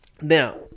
Now